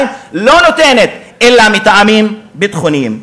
לא נותנת אלא מטעמים ביטחוניים.